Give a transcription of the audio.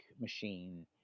machine